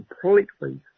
completely